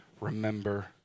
remember